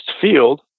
field